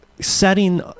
setting